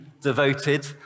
devoted